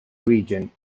region